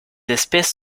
espèces